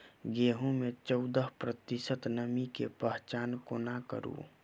गेंहूँ मे चौदह प्रतिशत नमी केँ पहचान कोना करू?